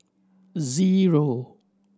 zero